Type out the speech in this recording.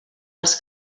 els